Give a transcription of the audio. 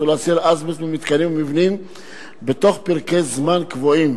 ולהסיר אזבסט ממתקנים וממבנים בתוך פרקי זמן קבועים.